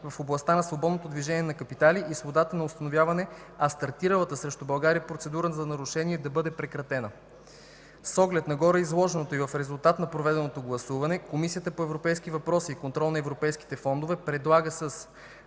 в областта на свободното движение на капитали и свободата на установяване, а стартиралата срещу България процедура за нарушение да бъде прекратена. С оглед на гореизложеното и в резултат на проведеното гласуване Комисията по европейските въпроси и контрол на европейските фондове предлага с